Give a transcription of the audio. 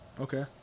Okay